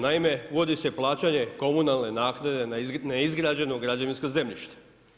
Naime, uvodi se plaćanje komunalne naknade na neizgrađeno građevinsko zemljište.